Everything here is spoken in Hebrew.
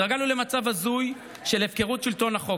התרגלנו למצב הזוי של הפקרות שלטון החוק,